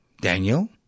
Daniel